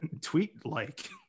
tweet-like